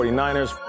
49ers